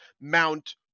Mount